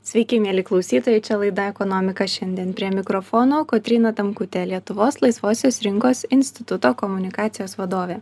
sveiki mieli klausytojai čia laida ekonomika šiandien prie mikrofono kotryna tamkutė lietuvos laisvosios rinkos instituto komunikacijos vadovė